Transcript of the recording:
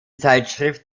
zeitschrift